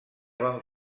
van